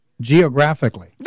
geographically